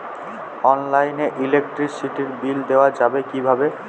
অনলাইনে ইলেকট্রিসিটির বিল দেওয়া যাবে কিভাবে?